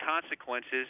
consequences